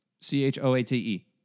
C-H-O-A-T-E